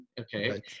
okay